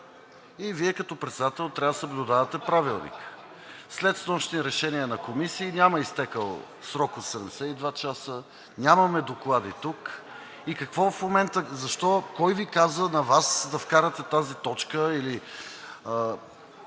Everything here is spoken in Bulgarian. Вие като председател трябва да съблюдавате Правилника. След снощни решения на комисии няма изтекъл срок от 72 часа, нямаме доклади тук. И кой Ви каза на Вас да вкарате тази точка?